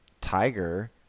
Tiger